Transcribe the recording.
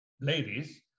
ladies